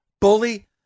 Bully